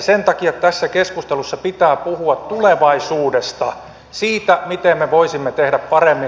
sen takia tässä keskustelussa pitää puhua tulevaisuudesta siitä miten me voisimme tehdä paremmin